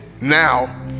now